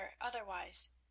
otherwise